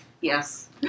Yes